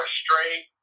straight